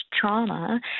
trauma